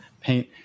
Paint